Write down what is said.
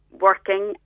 working